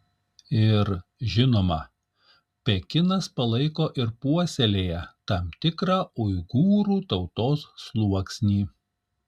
ir žinoma pekinas palaiko ir puoselėja tam tikrą uigūrų tautos sluoksnį